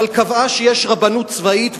אבל היא קבעה שיש רבנות צבאית,